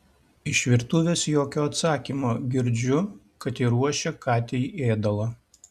iš virtuvės jokio atsakymo girdžiu kad ji ruošia katei ėdalą